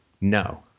no